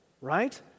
Right